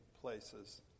places